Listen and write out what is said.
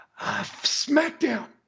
Smackdown